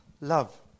Love